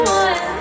one